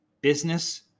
business